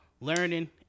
learning